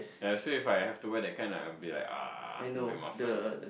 ya so if I have to wear that kind I'll be like uh a but mafan